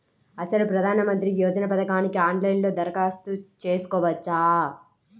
అసలు ప్రధాన మంత్రి యోజన పథకానికి ఆన్లైన్లో దరఖాస్తు చేసుకోవచ్చా?